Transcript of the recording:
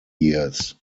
years